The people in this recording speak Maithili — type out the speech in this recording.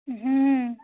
हूँ